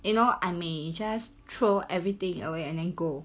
you know I may just throw everything away and then go